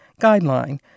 Guideline